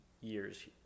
years